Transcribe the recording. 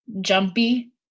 Jumpy